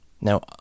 Now